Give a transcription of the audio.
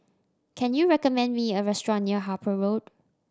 can you recommend me a restaurant near Harper Road